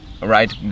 right